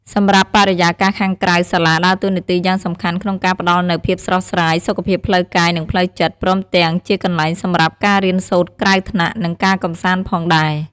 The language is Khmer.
សម្រាប់បរិយាកាសខាងក្រៅសាលាដើរតួនាទីយ៉ាងសំខាន់ក្នុងការផ្ដល់នូវភាពស្រស់ស្រាយ សុខភាពផ្លូវកាយ និងផ្លូវចិត្ត ព្រមទាំងជាកន្លែងសម្រាប់ការរៀនសូត្រក្រៅថ្នាក់ និងការកម្សាន្តផងដែរ។